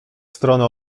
stronę